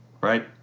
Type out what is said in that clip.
right